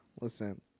Listen